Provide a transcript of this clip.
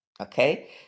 Okay